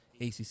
ACC